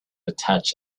attach